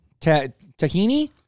Tahini